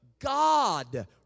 God